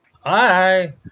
Hi